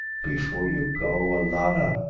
before you go, alanna!